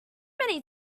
many